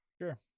Sure